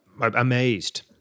Amazed